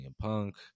Punk